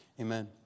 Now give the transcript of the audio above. amen